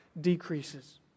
decreases